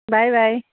bye bye